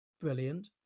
Brilliant